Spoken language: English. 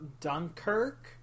Dunkirk